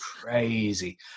crazy